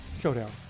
showdown